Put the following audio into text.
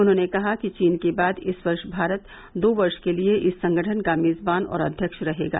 उन्होंने कहा कि चीन के बाद इस वर्ष भारत दो वर्ष के लिए इस संगठन का मेजबान और अध्यक्ष रहेगा